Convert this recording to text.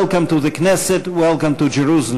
Welcome to the Knesset, welcome to Jerusalem.